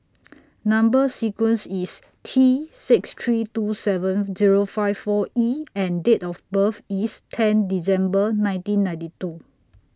Number sequence IS T six three two seven Zero five four E and Date of birth IS ten December nineteen ninety two